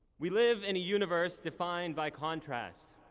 we live in a universe defined by contrast.